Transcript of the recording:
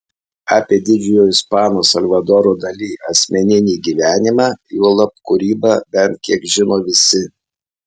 apie didžiojo ispano salvadoro dali asmeninį gyvenimą juolab kūrybą bent kiek žino visi